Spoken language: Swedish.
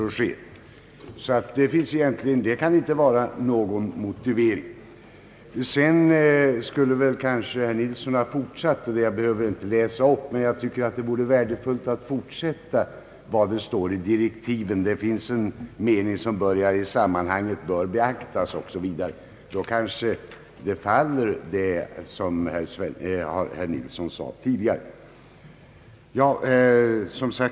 Vad herr Svenungsson här framfört kan alltså inte vara någon motivering. Vidare borde kaaske herr Nils Nilsson ha fortsatt att läsa upp vad som står i direktiven — jag behöver inte läsa upp det, men jag vill erinra om att det står: »I sammanhanget bör beaktas» osv. Då faller det resonemang som herr Nilsson här tidigare anfört.